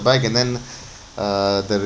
bike and then uh the repair